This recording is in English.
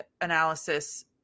analysis